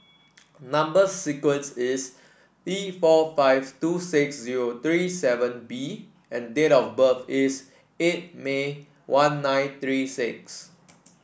number sequence is T four five two six zero three seven B and date of birth is eight May one nine three six